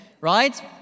Right